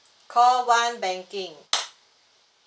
call one banking